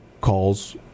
calls